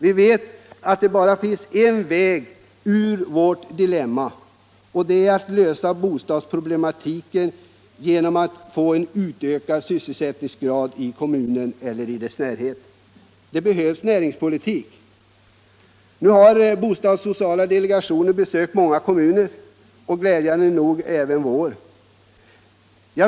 Vi vet att det bara finns en väg ur vårt dilemma, och den är att lösa bostadsproblemen genom ökad sysselsättning i kommunen eller i dess närhet. Det behövs en näringspolitik. Bostadssociala delegationen har besökt många kommuner och glädjande nog även vår.